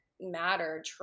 matter